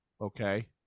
Okay